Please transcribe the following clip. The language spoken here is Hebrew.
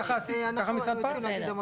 ככה המשרד פעל.